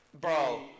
Bro